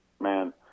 man